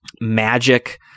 magic